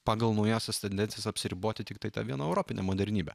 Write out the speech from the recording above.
pagal naujausias tendencijas apsiriboti tiktai ta viena europine modernybe